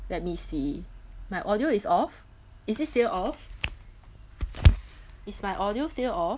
let me see my audio is off is it still off is my audio still off